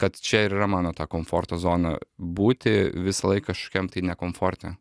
kad čia ir yra mano ta komforto zona būti visąlaik kažkokiam tai nekomforte